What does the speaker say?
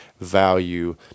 value